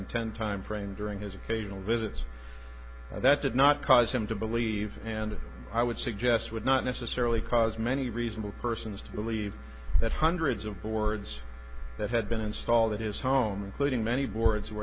ten timeframe during his occasional visits that did not cause him to believe and i would suggest would not necessarily cause many reasonable persons to believe that hundreds of boards that had been installed at his home including many boards were